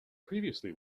previously